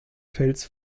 fels